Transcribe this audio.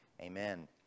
Amen